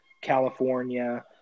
California